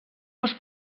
los